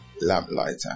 Lamplighter